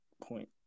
point